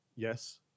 Yes